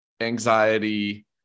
anxiety